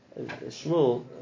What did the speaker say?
Shmuel